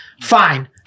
Fine